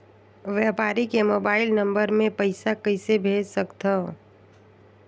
व्यापारी के mobile number मे पईसा कइसे भेज सकथव?